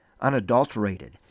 unadulterated